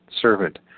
servant